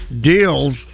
deals